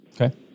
Okay